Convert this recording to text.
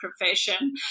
profession